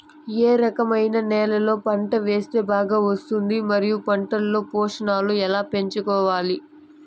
ఏ రకమైన నేలలో పంట వేస్తే బాగా వస్తుంది? మరియు పంట లో పోషకాలు ఎలా పెంచుకోవాలి?